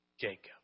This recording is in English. Jacob